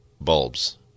bulbs